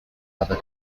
other